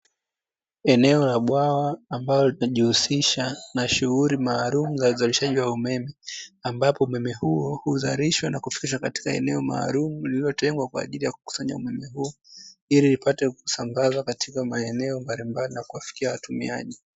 Eneo la bwawa ambalo linajihusisha na shuguli maalumu za uzalishaji wa umeme, ambapo umeme huo huzalishwa na kufikishwa katika eneo maalumu lililotengwa, kwa ajili ya kukusanya umeme huo, ili upate kusambazwa katika maeneo mbalimbali na kiwafikia watumiaji.